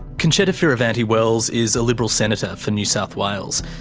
concetta fierravanti-wells is a liberal senator for new south wales.